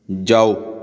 ਜਾਓ